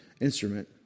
instrument